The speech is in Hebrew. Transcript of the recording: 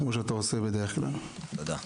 כמו שאתה עושה בדרך כלל תודה.